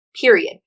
Period